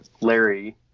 Larry